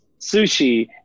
sushi